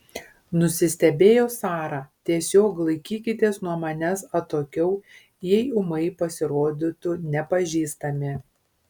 nusistebėjo sara tiesiog laikykitės nuo manęs atokiau jei ūmai pasirodytų nepažįstami